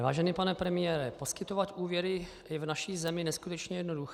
Vážený pane premiére, poskytovat úvěry je v naší zemi neskutečně jednoduché.